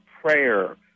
prayer